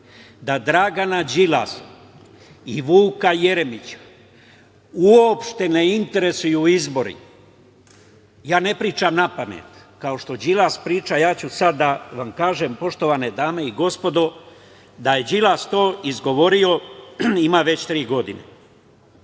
da Dragana Đilasa i Vuka Jeremića uopšte ne interesuju izbori. Ja ne pričam napamet, kao što Đilas priča i ja ću sada da vam kažem, poštovane dame i gospodo, da je Đilas to izgovorio, ima već tri godine. Da